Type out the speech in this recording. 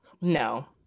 No